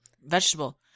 vegetable